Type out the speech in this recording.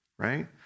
right